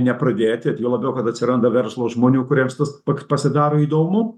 nepradėti juo labiau kad atsiranda verslo žmonių kuriems tas pak pasidaro įdomu